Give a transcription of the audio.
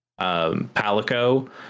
Palico